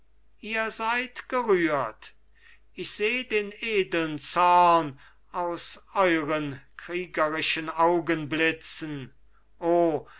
ihr seid gerührt ich seh den edeln zorn aus euren kriegerischen augen blitzen o